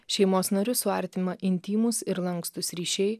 šeimos narius suartina intymūs ir lankstūs ryšiai